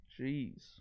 jeez